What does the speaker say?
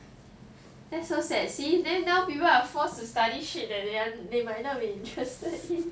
that's so sad see then now people are forced to study shit that they might not be interested in